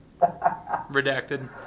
Redacted